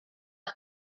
and